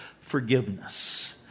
forgiveness